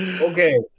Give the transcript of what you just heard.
okay